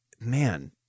man